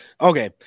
Okay